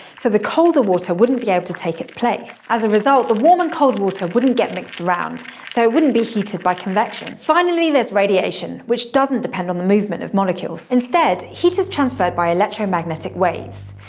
so the colder water wouldn't be able to take its place. as a result, the warm and cold water wouldn't get mixed around, so it wouldn't be heated by convection. finally, there's radiation, which doesn't depend on the movement of molecules. instead, heat is transferred by electromagnetic waves.